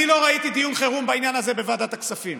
אני לא ראיתי דיון חירום בעניין הזה בוועדת הכספים.